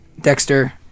Dexter